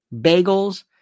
bagels